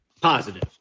positive